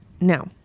Now